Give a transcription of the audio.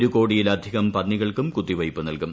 ഒരു കോടിയിലധികം പിന്നികൾക്കും കുത്തിവെയ്പ്പ് നൽകും